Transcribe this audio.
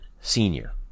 senior